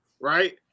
right